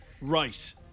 Right